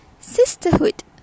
Sisterhood